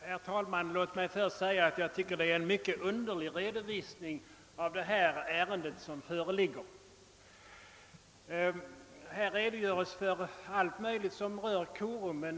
Herr talman! Låt mig först säga att jag tycker det är en mycket underlig redovisning av detta ärende som föreligger. Här redogöres för allt möjligt som rör korum.